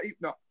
no